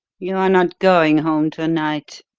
you are not going home to-night.